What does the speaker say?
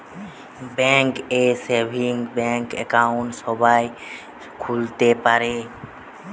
bank এ savings bank account সবাই খুলতে পারে